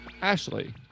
Ashley